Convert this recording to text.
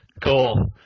Cool